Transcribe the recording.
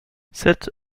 sept